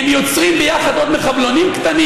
הם יוצרים ביחד עוד מחבלונים קטנים.